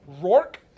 Rourke